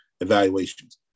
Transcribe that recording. evaluations